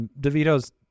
Devito's